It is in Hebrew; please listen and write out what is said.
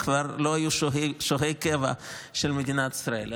כבר לא היו שוהי קבע של מדינת ישראל.